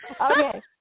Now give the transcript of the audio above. Okay